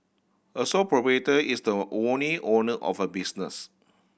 a sole is the only owner of a business